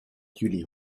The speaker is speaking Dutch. jullie